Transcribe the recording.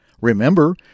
Remember